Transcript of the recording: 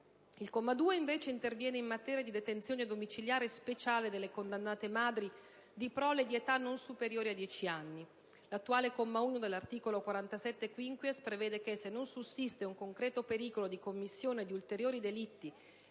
Il comma 2, invece, interviene in materia di detenzione domiciliare speciale delle condannate madri di prole di età non superiore a dieci anni. L'attuale comma 1 dell'articolo 47-*quinquies* prevede che, se non sussiste un concreto pericolo di commissione di ulteriori delitti